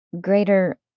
greater